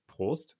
Prost